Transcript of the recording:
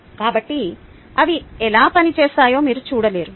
కాబట్టి అవి ఎలా పనిచేస్తాయో మీరు చూడలేరు